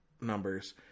numbers